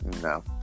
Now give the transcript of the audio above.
No